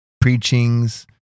preachings